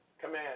Command